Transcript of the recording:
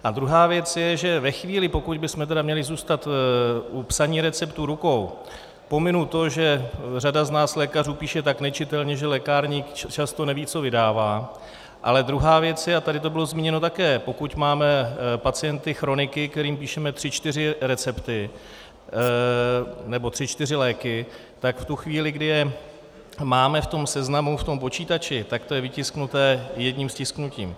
A druhá věc je, že ve chvíli, pokud bychom tedy měli zůstat u psaní receptů rukou, pominu to, že řada z nás lékařů píše tak nečitelně, že lékárník často neví, co vydává, ale druhá věc je, a tady to bylo zmíněno také, pokud máme pacienty chroniky, kterým píšeme tři čtyři recepty nebo tři čtyři léky, tak v tu chvíli, kdy je máme v seznamu v počítači, tak to je vytisknuté jedním stisknutím.